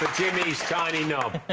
give me these tiny no